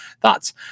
Thoughts